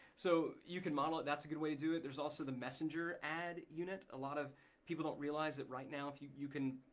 so you can model it. that's a good way to do it. there's also the messenger ad unit. a lot of people don't realize that right now, you you can